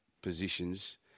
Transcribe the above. positions